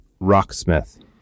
Rocksmith